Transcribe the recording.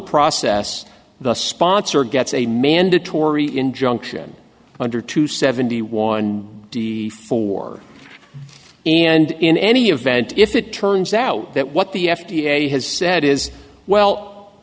process the sponsor gets a mandatory injunction under two seventy one the fore and in any event if it turns out that what the f d a has said is well